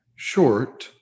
short